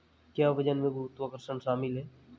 क्या वजन में गुरुत्वाकर्षण शामिल है?